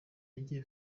yagiye